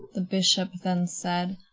the bishop then said,